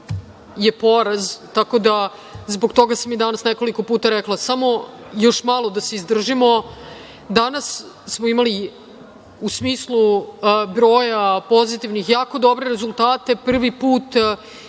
je poraz, tako da zbog toga sam i danas nekoliko puta rekla samo još malo da se uzdržimo. Danas smo imali u smislu broja pozitivnih jako dobre rezultate. Prvi put